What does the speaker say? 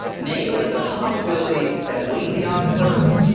namely the possibility that way beyond the earth,